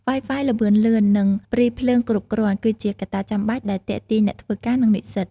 Wi-Fi ល្បឿនលឿន និង ព្រីភ្លើងគ្រប់គ្រាន់ គឺជាកត្តាចាំបាច់ដែលទាក់ទាញអ្នកធ្វើការ និងនិស្សិត។